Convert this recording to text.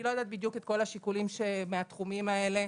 לא יודעת את כל השיקולים בתחומים האלה,